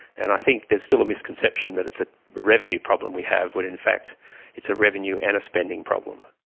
and i think there's still a misconception that it's a revenue problem we have when in fact it's a revenue and a spending problem.